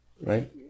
right